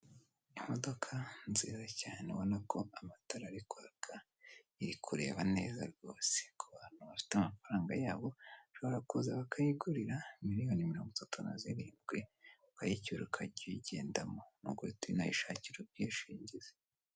Imodoka nziza cyane ubona ko amatarara ari kwaka, iri kureba neza rwose. Ku bantu bafite amafaranga yabo bashobora kuza bakayigurira miliyoni mirongo itatu na zirindwi, ukayicyura ukajya uyigendamo. Ni uguhita unayishakira ubwishingizi.